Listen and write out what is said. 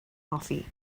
hoffi